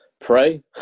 Pray